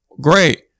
Great